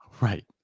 Right